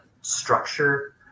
structure